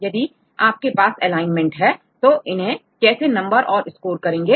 अब यदि आपके पास एलाइनमेंट है तो इन्हें कैसे नंबर और स्कोर करेंगे